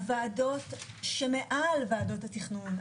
הוועדות שמעל ועדות התכנון,